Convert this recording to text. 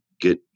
get